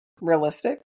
realistic